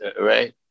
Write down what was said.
right